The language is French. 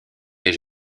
est